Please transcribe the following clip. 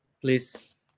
Please